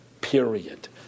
Period